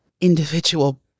individual